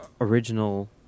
original